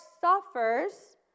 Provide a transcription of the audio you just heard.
suffers